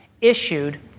issued